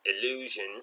Illusion